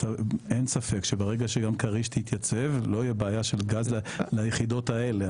אין ספק שברגע שגם כריש תתייצב לא תהיה בעיה של גז ליחידות האלה,